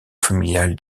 familial